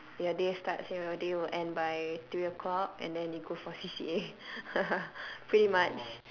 your day starts your day will end by three o'clock and then you go for C_C_A pretty much